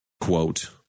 quote